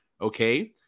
okay